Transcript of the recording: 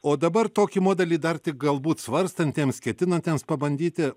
o dabar tokį modelį dar tik galbūt svarstantiems ketinantiems pabandyti